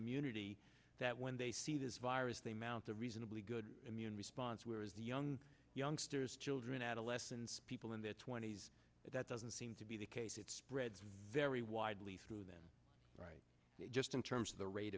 immunity that when they see this virus they mount a reasonably good immune response where is the young youngsters children adolescents people in their twenty's but that doesn't seem to be the case it spreads very widely through them right just in terms of the rate